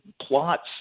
plots